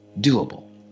doable